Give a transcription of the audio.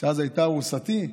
שאז הייתה ארוסתי,